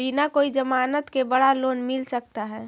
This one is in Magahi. बिना कोई जमानत के बड़ा लोन मिल सकता है?